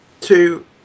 two